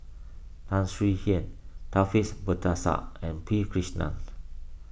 Tan Swie Hian Taufik Batisah and P Krishnan